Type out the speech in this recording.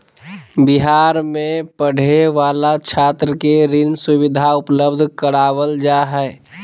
बिहार में पढ़े वाला छात्र के ऋण सुविधा उपलब्ध करवाल जा हइ